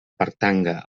pertanga